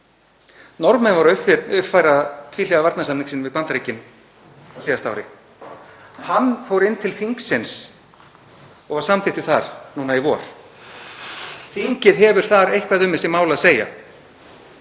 Norðmenn voru að uppfæra tvíhliða varnarsamning sinn við Bandaríkin á síðasta ári. Hann fór til þingsins og var samþykktur þar núna í vor. Þingið hefur þar eitthvað um þessi mál að segja.